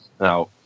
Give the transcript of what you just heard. Now